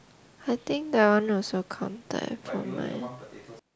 I think that one also counted for mine